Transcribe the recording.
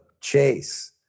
Chase